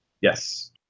Yes